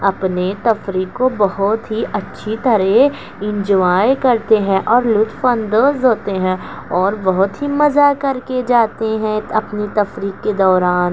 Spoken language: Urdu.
اپنے تفریح کو بہت ہی اچّھی طرح انجوائے کرتے ہیں اور لُطف اندوز ہوتے ہیں اور بہت ہی مزہ کر کے جاتے ہیں اپنی تفریح کے دوران